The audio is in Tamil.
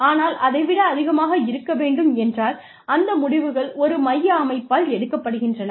ஆனால் அதை விட அதிகமாக இருக்க வேண்டும் என்றால் அந்த முடிவுகள் ஒரு மைய அமைப்பால் எடுக்கப்படுகின்றன